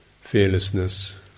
fearlessness